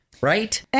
right